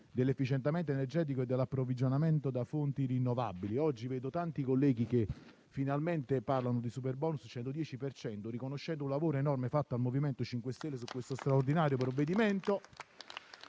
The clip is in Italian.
dell'efficientamento energetico e dell'approvvigionamento da fonti rinnovabili. Oggi vedo che tanti colleghi finalmente parlano di superbonus al 110 per cento riconoscendo il lavoro enorme fatto dal MoVimento 5 Stelle su questo straordinario provvedimento.